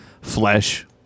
flesh